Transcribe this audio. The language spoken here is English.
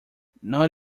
not